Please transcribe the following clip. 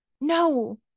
No